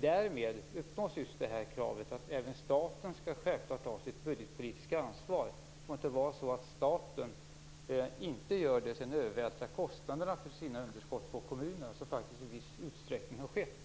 Därmed uppnås just kravet att även staten skall ta sitt budgetpolitiska ansvar. Det får inte vara så att staten inte gör det och sedan övervältrar kostnaderna för sina underskott på kommunerna. Det har i viss utsträckning skett.